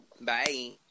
Bye